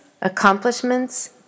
accomplishments